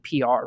PR